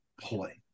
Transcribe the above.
play